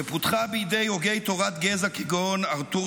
ופותחה בידי הוגי תורת גזע כגון ארתור